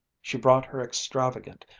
she brought her extravagant,